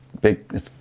big